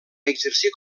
exercir